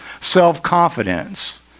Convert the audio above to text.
self-confidence